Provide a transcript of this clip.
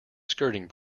skirting